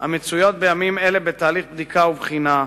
המצויות בימים אלה בתהליך בדיקה ובחינה,